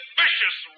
vicious